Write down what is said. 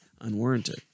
Unwarranted